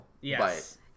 Yes